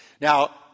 Now